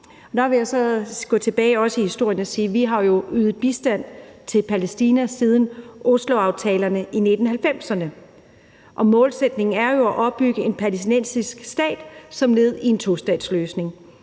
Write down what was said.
jo har ydet bistand til Palæstina siden Osloaftalerne i 1990'erne, og målsætningen er jo at opbygge en palæstinensisk stat som led i en tostatsløsning